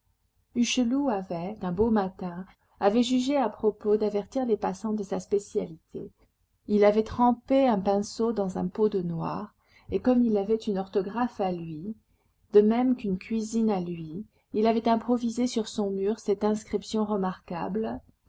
hucheloup avait un beau matin avait jugé à propos d'avertir les passants de sa spécialité il avait trempé un pinceau dans un pot de noir et comme il avait une orthographe à lui de même qu'une cuisine à lui il avait improvisé sur son mur cette inscription remarquable